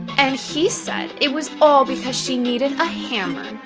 and he said it was all because she needed a hammer.